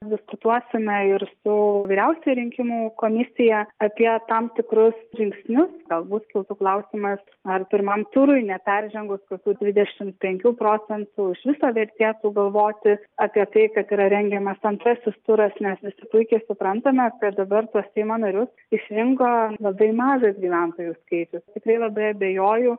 diskutuosime ir su vyriausiąja rinkimų komisija apie tam tikrus žingsnius galbūt kiltų klausimas ar pirmam turui neperžengus kokių dvidešimt penkių procentų iš viso vertėtų galvoti apie tai kad yra rengiamas antrasis turas nes visi puikiai suprantame kad dabar tuos seimo narius išrinko labai mažas gyventojų skaičius tikrai labai abejoju